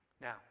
Now